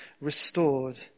restored